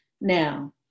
Now